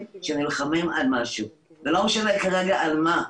שנלחמים על משהו וכרגע לא משנה על מה.